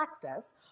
practice